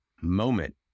moment